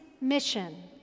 mission